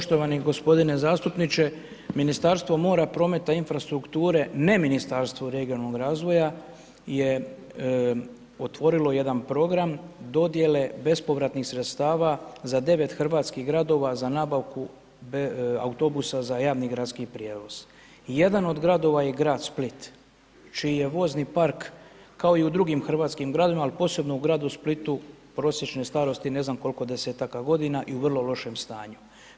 Poštovani gospodine zastupniče, Ministarstvo mora, prometa i infrastrukture, ne Ministarstvo regionalnog razvoja, je otvorilo jedan program dodjele bespovratnih sredstava za 9 hrvatskih gradova za nabavku autobusa za javni gradski prijevoz i jedan od gradova je grad Split, čiji je vozni park kao i u drugim hrvatskim gradovima, ali posebno u gradu Splitu prosječne starosti ne znam koliko 10-taka godina i u vrlo lošem stanju.